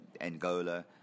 Angola